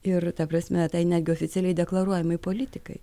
ir ta prasme tai netgi oficialiai deklaruojamai politikai